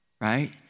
right